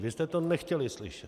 Vy jste to nechtěli slyšet.